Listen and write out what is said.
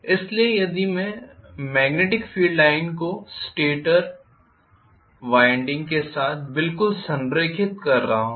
इसलिए यदि मैं मेग्नेटिक फील्ड लाइन्स को स्टेटर वाइंडिंग के साथ बिल्कुल संरेखित कर रहा हूं